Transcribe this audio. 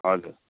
हजुर